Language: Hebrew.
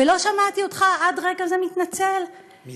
ולא שמעתי אותך עד רגע זה מתנצל, מתנצל?